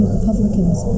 Republicans